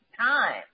time